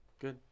good